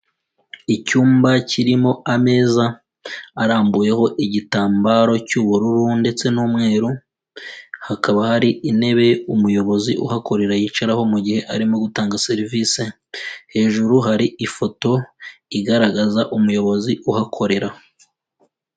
Icyumba kirimo ameza arambuyeho igitambaro cy'ubururu ndetse n'umweru, hakaba hari intebe umuyobozi uhakorera yicaraho mu gihe arimo gutanga serivise, hejuru hari ifoto igaragaza umuyobozi uhakorera.